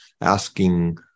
asking